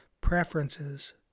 preferences